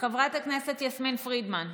חברת הכנסת יסמין פרידמן,